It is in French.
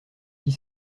fit